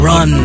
Run